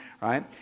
right